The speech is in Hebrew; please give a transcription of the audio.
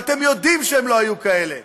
ואתם יודעים שהם לא היו כאלה.